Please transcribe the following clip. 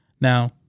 Now